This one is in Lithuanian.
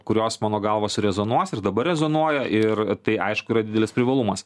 kurios mano galva surezonuos ir dabar rezonuoja ir tai aišku yra didelis privalumas